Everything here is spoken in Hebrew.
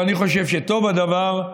ואני חושב שטוב הדבר,